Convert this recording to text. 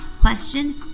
question